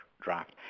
draft